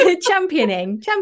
championing